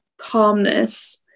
calmness